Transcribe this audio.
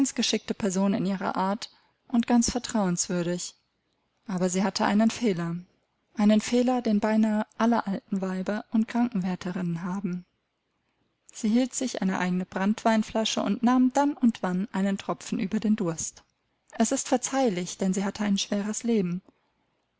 geschickte person in ihrer art und ganz vertrauenswürdig aber sie hatte einen fehler einen fehler den beinahe alle alten weiber und krankenwärterinnen haben sie hielt sich eine eigene brantweinflasche und nahm dann und wann einen tropfen über den durst es ist verzeihlich denn sie hatte ein schweres leben